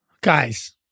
Guys